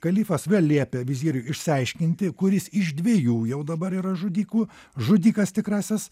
kalifas vėl liepė viziriui išsiaiškinti kuris iš dviejų jau dabar yra žudikų žudikas tikrasis